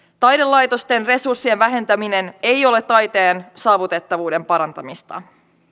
taidelaitosten resurssien vähentäminen ei ole taiteen saavutettavuuden parantamista